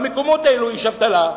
במקומות האלו יש אבטלה,